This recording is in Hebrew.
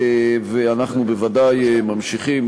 ואנחנו בוודאי ממשיכים.